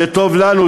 זה טוב לנו,